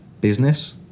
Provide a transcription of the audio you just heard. business